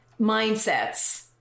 mindsets